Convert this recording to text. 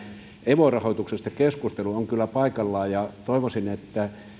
evo rahoituksesta keskustelu on kyllä paikallaan ja toivoisin että